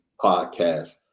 podcast